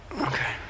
okay